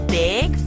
big